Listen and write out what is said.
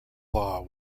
law